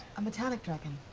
a metallic dragon.